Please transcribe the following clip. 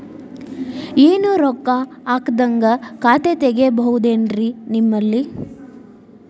ಏನು ರೊಕ್ಕ ಹಾಕದ್ಹಂಗ ಖಾತೆ ತೆಗೇಬಹುದೇನ್ರಿ ನಿಮ್ಮಲ್ಲಿ?